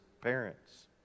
parents